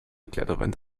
kletterwand